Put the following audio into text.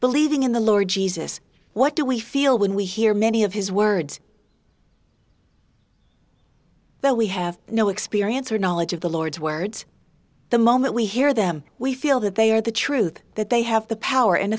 believing in the lord jesus what do we feel when we hear many of his words though we have no experience or knowledge of the lord's words the moment we hear them we feel that they are the truth that they have the power and